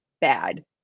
bad